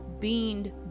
beaned